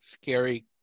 scary